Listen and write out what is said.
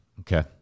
Okay